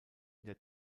der